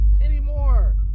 anymore